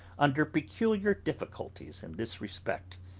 under peculiar difficulties in this respect.